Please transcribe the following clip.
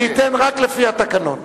אני אתן רק לפי התקנון.